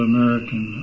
American